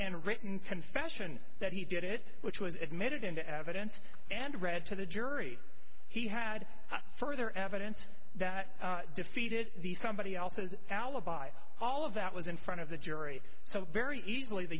confession that he did it which was admitted into evidence and read to the jury he had further evidence that defeated the somebody else's alibi all of that was in front of the jury so very easily the